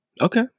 Okay